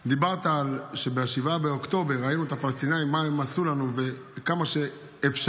דיברת על כך שב-7 באוקטובר ראינו מה הפלסטינים עשו לנו וכמה ש"אפשר"